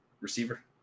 Receiver